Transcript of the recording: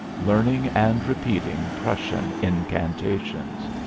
learning and repeating prussian incantations.